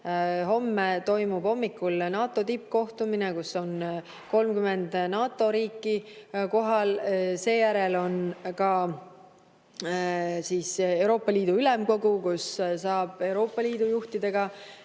Homme hommikul toimub NATO tippkohtumine, kus on 30 NATO riiki kohal, seejärel on Euroopa Ülemkogu, kus saab Euroopa Liidu juhtidega